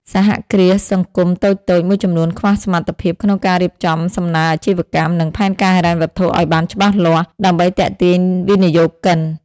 សហគ្រាសសង្គមតូចៗមួយចំនួនខ្វះសមត្ថភាពក្នុងការរៀបចំសំណើអាជីវកម្ម និងផែនការហិរញ្ញវត្ថុឱ្យបានច្បាស់លាស់ ដើម្បីទាក់ទាញវិនិយោគិន ។